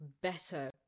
better